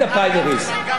רגע,